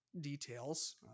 details